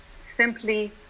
simply